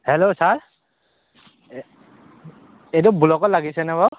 hello sir এইটো ব্লকত লাগিছেনে বাৰু